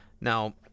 Now